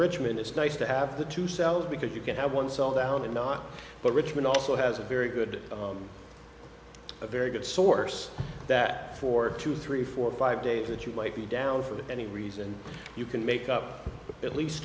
it's nice to have the two cells because you can have one cell down and not but richmond also has a very good a very good source that for two three four five days that you might be down for any reason you can make up a bit least